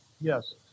Yes